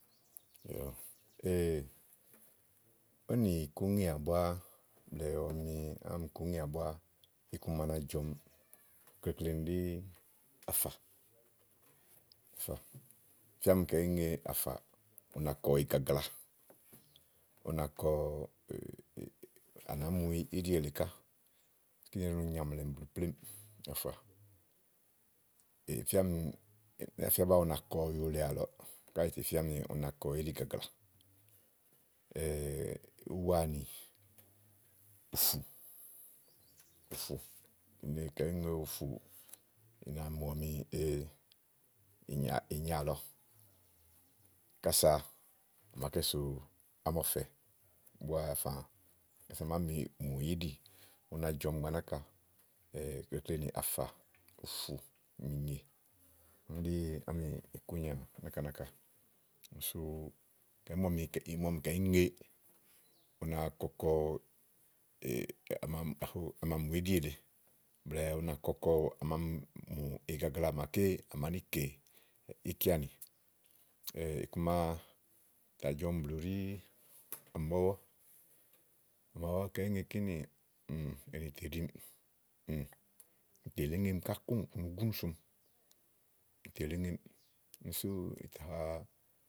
Yo ówó nìkúŋèá búá ɔmi ámìkúŋèà búá iku ma na jɔ̀ɔmi klekle nì ɖí àfà. ì fía ni kayi ìí ŋe àfà, u na kɔ igagla u na kɔ à màá mu íɖì èle ká, kíni ɛɖí no nyaàmlɛmi blù plémú àfà ì fía ɔmi, í ná fía baa u na kɔ ɔyu le àlɔɔ̀, káèè ì fia ɔmi u na kɔ íɖìgagla úwaanì ùfù ùfù, kayi ìí ŋe ùfùù, i na mù ɔmi ee í nyaàlɔ kása à màá kɛsoò ámɔ̀fɛ búáèe fàà kása à màa mì mù íɖì u jɔ̀ɔmi gbàa náka klekle nì àfà, ùfù, mìnyè úni ɖí ámìkúnyà náka náka úni sú ìí mu ɔmi ìí mu ɔmi kayi ìí ŋe, u na kɔkɔ ama mù íɖì. èle blɛ̀ɛ u na kɔkɔ a ma mù igagla màaké à màá ni kè ìkeanì iku ma tà jɔ̀ɔmi blù ɖí àmɔ̀wɔ, kayi ìí ŋe kínì ènì tè ɖìmiì ù tè yilì èyemì ká kóŋ ùú ù no gùnù somi ù tè yìlè eŋemiì úni sú ì tà ha.